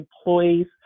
employees